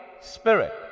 spirit